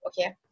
okay